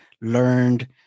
learned